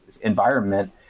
environment